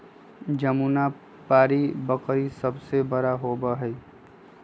जमुनापारी बकरी सबसे बड़ा होबा हई